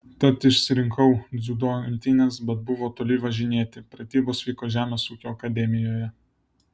tad išsirinkau dziudo imtynes bet buvo toli važinėti pratybos vyko žemės ūkio akademijoje